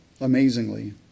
amazingly